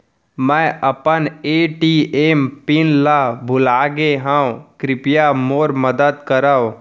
मै अपन ATM PIN ला भूलागे हव, कृपया मोर मदद करव